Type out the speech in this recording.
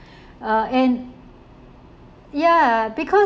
uh and ya because